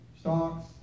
stocks